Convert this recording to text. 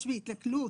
יש התנכלות,